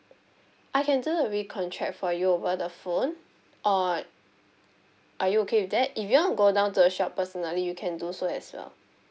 I can do the recontract for you over the phone or are you okay with that if you want to go down to the shop personally you can do so as well